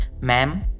ma'am